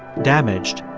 damaged,